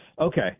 Okay